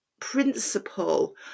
principle